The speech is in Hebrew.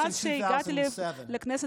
מאז שנבחרתי לקונגרס,